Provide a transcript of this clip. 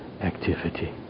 activity